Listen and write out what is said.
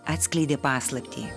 atskleidė paslaptį